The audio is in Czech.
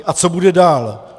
A co bude dál!